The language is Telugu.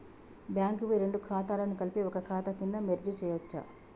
బ్యాంక్ వి రెండు ఖాతాలను కలిపి ఒక ఖాతా కింద మెర్జ్ చేయచ్చా?